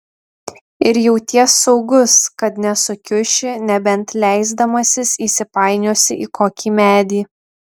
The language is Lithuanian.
ir jauties saugus kad nesukiuši nebent leisdamasis įsipainiosi į kokį medį